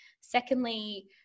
Secondly